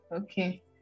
Okay